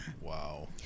Wow